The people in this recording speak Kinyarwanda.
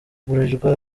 bralirwa